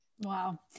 Wow